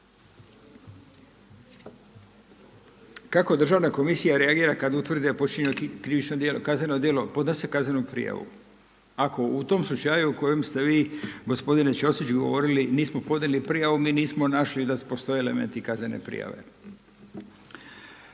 Kako državna komisija reagira kada utvrdi da je počinjeno krivično djelo, kazneno djelo? Podnosi kaznenu prijavu. Ako u tom slučaju u kojem ste vi gospodine Ćosić govorili, … smo podnijeli prijavu mi nismo našli da postoje elementi kaznene prijave.